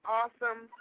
awesome